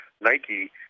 Nike